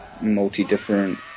multi-different